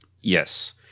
Yes